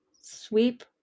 sweep